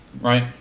right